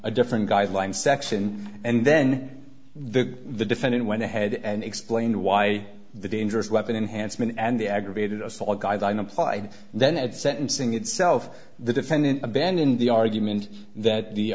a different guideline section and then the the defendant went ahead and explained why the dangerous weapon enhancement and the aggravated assault guideline applied and then at sentencing itself the defendant abandoned the argument that the